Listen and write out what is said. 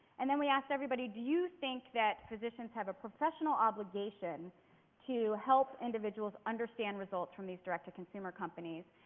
and then we asked everybody do you think that physicians have a professional obligation to help individuals understand results from these direct to consumer companies?